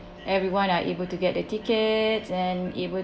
everyone are able to get the tickets and able